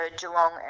Geelong